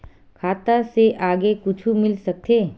खाता से आगे कुछु मिल सकथे?